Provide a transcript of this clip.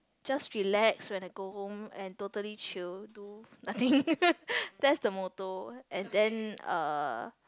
just relax when I go home and totally chill do nothing that's the motto and then uh